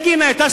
שמנחם בגין,